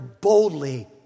boldly